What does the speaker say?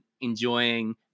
enjoying